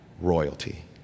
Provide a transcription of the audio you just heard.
royalty